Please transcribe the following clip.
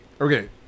Okay